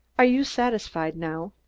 are you satisfied now?